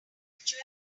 ritual